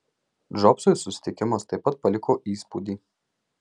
džobsui susitikimas taip pat paliko įspūdį